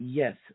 yes